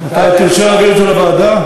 אתה רוצה להעביר את זה לוועדה?